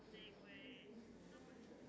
I don't think it will be